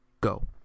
go